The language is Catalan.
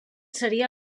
seria